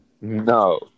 No